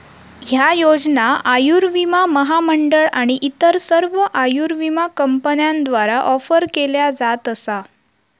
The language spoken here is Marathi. ह्या योजना आयुर्विमा महामंडळ आणि इतर सर्व आयुर्विमा कंपन्यांद्वारा ऑफर केल्या जात असा